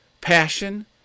passion